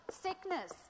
sickness